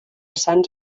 sants